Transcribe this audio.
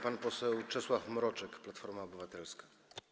Pan poseł Czesław Mroczek, Platforma Obywatelska.